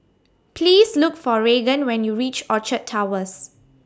Please Look For Raegan when YOU REACH Orchard Towers